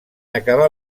acabar